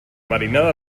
marinada